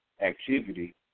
activity